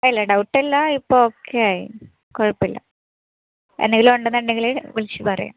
ഇല്ല ഡൗട്ട് ഇല്ല ഇപ്പോൾ ഓക്കെ ആയി കുഴപ്പം ഇല്ല എന്തെങ്കിലും ഉണ്ട് എന്നുണ്ടെങ്കിൽ വിളിച്ച് പറയാം